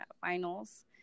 finals